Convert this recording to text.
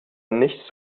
nicht